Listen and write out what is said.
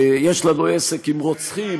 יש לנו עסק עם רוצחים,